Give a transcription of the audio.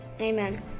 Amen